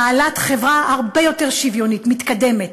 חברה הרבה יותר שוויונית ומתקדמת,